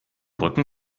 rücken